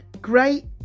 great